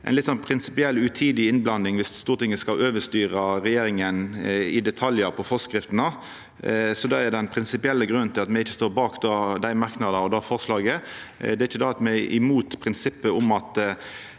ei litt utidig innblanding viss Stortinget skal overstyra regjeringa i detaljar på forskriftene. Det er den prinsipielle grunnen til at me ikkje står bak dei merknadene og det forslaget. Det er ikkje det at me er imot prinsippet om at